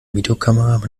videokamera